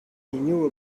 knew